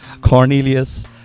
Cornelius